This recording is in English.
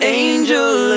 angel